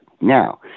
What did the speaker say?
Now